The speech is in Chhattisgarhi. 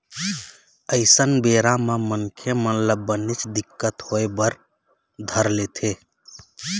अइसन बेरा म मनखे मन ल बनेच दिक्कत होय बर धर लेथे